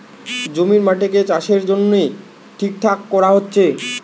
জমির মাটিকে চাষের জন্যে ঠিকঠাক কোরা হচ্ছে